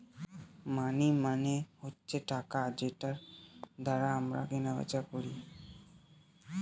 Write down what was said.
মানি মানে হচ্ছে টাকা যেটার দ্বারা আমরা কেনা বেচা করি